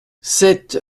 sept